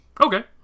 Okay